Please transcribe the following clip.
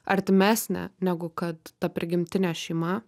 artimesnė negu kad ta prigimtinė šeima